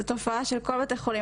זו תופעה של כל בתי החולים.